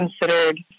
considered